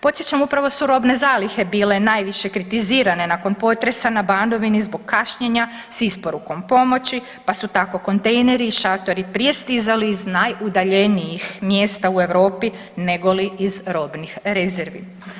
Podsjećam upravo su robne zalihe bile najviše kritizirane nakon potresa na Banovini zbog kašnjenja s isporukom pomoći pa su tako kontejneri i šatori prije stizali iz najudaljenijih mjesta u Europi nego li iz robnih rezervi.